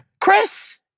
Chris